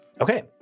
Okay